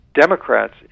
Democrats